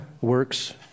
works